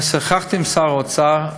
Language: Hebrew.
שוחחתי עם שר האוצר,